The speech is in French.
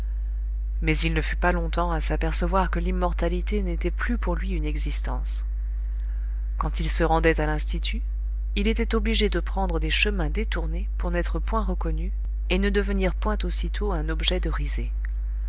mais il ne fut pas longtemps à s'apercevoir que l'immortalité n'était plus pour lui une existence quand il se rendait à l'institut il était obligé de prendre des chemins détournés pour n'être point reconnu et ne devenir point aussitôt un objet de risée